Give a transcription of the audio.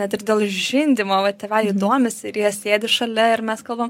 net ir dėl žindymo tėveliai domisi ir jie sėdi šalia ir mes kalbam